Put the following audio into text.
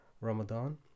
Ramadan